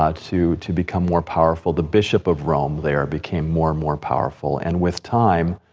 ah to to become more powerful. the bishop of rome there became more and more powerful. and with time,